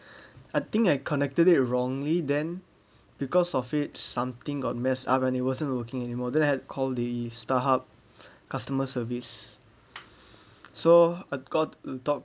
I think I connected it wrongly then because of it something got messed up and it wasn't working anymore than I had called the StarHub customer service so I got to talk